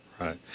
Right